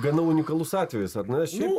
gana unikalus atvejis ar ne šiaip